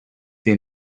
they